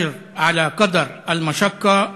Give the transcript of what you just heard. השכר לפי הקושי והטורַח.